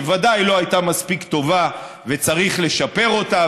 שוודאי לא הייתה מספיק טובה וצריך לשפר אותה,